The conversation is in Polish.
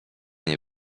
nie